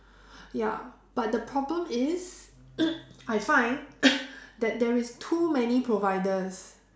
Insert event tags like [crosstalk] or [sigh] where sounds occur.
ya but the problem is [noise] I find [coughs] that there is too many providers